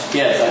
yes